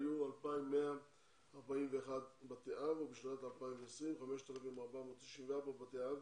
היו 2,141 בתי אב ובשנת 2020 היו 5,494 בתי אב,